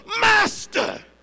Master